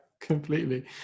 completely